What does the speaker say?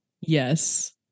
Yes